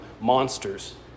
monsters